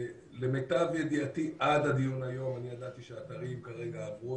למיטב ידיעתי עד הדיון היום אני ידעתי שהאתרים עברו